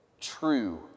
true